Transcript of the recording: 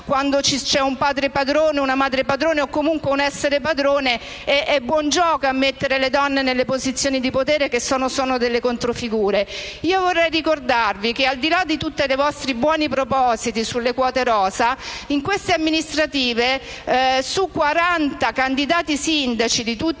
quando c'è un padre padrone, una madre padrona, un essere padrone è buon gioco ammettere le donne nelle posizioni di potere come delle controfigure. Vorrei ricordarvi che, al di là di tutti i vostri buoni propositi sulle quote rosa, in queste amministrative su quaranta candidati sindaci di tutti i partiti